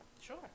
sure